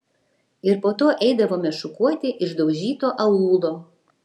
ir po to eidavome šukuoti išdaužyto aūlo